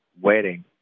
Wedding